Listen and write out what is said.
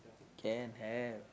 can have